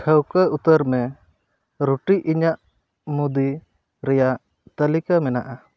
ᱴᱷᱟᱹᱣᱠᱟᱹ ᱩᱛᱟᱹᱨᱢᱮ ᱨᱩᱴᱤ ᱤᱧᱟᱹᱜ ᱢᱩᱫᱤ ᱨᱮᱭᱟᱜ ᱛᱟᱞᱤᱠᱟ ᱢᱮᱱᱟᱜᱼᱟ